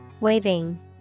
Waving